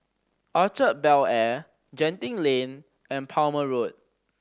Orchard Bel Air Genting Lane and Palmer Road